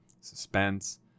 Suspense